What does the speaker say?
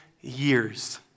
years